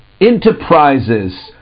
enterprises